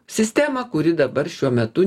sistemą kuri dabar šiuo metu